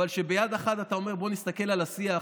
אבל כשביד אחת אתה אומר: בוא נסתכל על השיח,